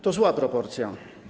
To zła proporcja.